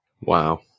Wow